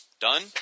Done